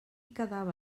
quedava